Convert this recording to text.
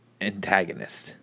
antagonist